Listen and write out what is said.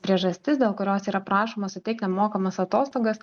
priežastis dėl kurios yra prašoma suteikt nemokamas atostogas